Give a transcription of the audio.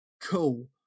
cool